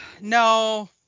No